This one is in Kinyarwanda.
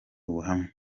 ubuhamya